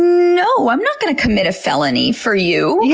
no, i'm not going to commit a felony for you. yeah